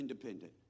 Independent